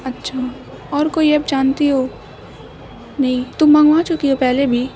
اچھا اور کوئی ایپ جانتی ہو نہیں تم منگوا چکی ہو پہلے بھی